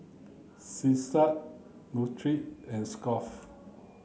Selsun Nutren and Scott's